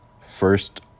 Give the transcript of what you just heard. first